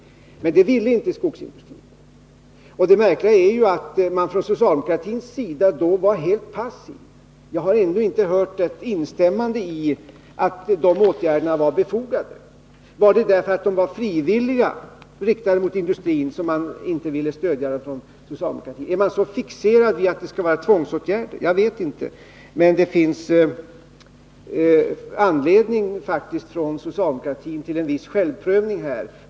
Men det ville inte skogsindustrin. Och det märkliga är att man från socialdemokratins sida då var helt passiv. Jag har ännu inte hört något instämmande i att de åtgärderna var befogade. Var det för att de var frivilliga som socialdemokraterna inte ville stödja dem? Är man så fixerad vid att det skall vara tvångsåtgärder? Jag vet det inte. Men det finns faktiskt anledning för socialdemokratin till en viss självprövning.